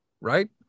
right